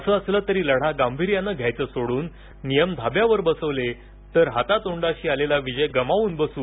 असं असलं तरी लढा गांभिर्यानं घ्यायचं सोडून नियम धाव्यावर बसवले तर हातातोंडाशी आलेला विजय गमावून बसू